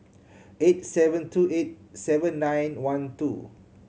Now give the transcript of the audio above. eight seven two eight seven nine one two